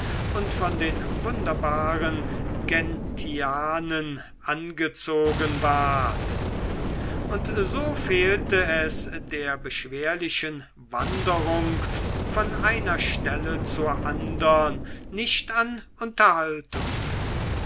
und von den wunderbaren genzianen angezogen ward und so fehlte es der beschwerlichen wanderung von einer stelle zur andern nicht an unterhaltung